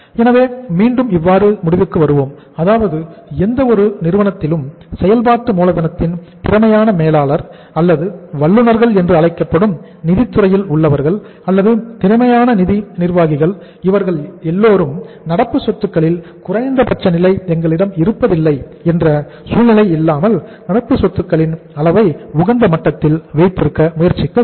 எனவே மீண்டும் இவ்வாறு முடிவுக்கு வருகிறோம் அதாவது எந்த ஒரு நிறுவனத்திலும் செயல்பாட்டு மூலதனத்தின் திறமையான மேலாளர் அல்லது வல்லுனர்கள் என்று அழைக்கப்படும் நிதித் துறையில் உள்ளவர்கள் அல்லது திறமையான நிதி நிர்வாகிகள் இவர்கள் எல்லோரும் நடப்பு சொத்துக்களில் குறைந்தபட்ச நிலை எங்களிடம் இருப்பதில்லை என்ற சூழ்நிலை இல்லாமல் நடப்பு சொத்துக்களின் அளவை உகந்த மட்டத்தில் வைத்திருக்க முயற்சிக்க வேண்டும்